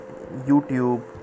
YouTube